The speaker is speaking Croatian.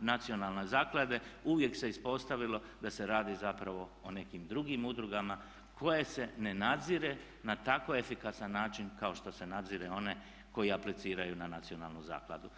nacionalne zaklade, uvijek se ispostavilo da se radi zapravo o nekim drugim udrugama koje se ne nadzire na tako efikasan način kao što se nadzire one koji apliciraju na nacionalnu zakladu.